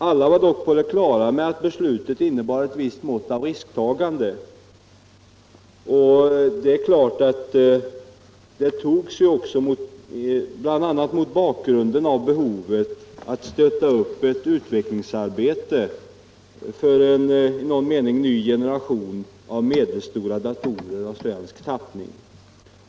Alla var dock på det klara med att beslutet innebar ett visst mått av risktagande, och det är klart att det togs också bl.a. mot bakgrund av behovet att stötta upp ett utvecklingsarbete för en i viss mening ny generation av medelstora datorer av svensk tappning.